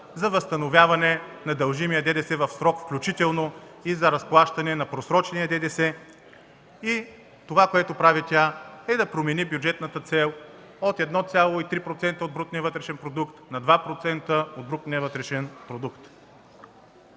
за възстановяване на дължимия ДДС в срок, включително и за разплащане на просрочения ДДС. Това, което прави тя, е да промени бюджетната цел от 1,3% от брутния вътрешен продукт на 2% от брутния вътрешен продукт.